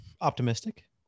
Optimistic